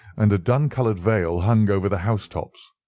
and a dun-coloured veil hung over the house-tops,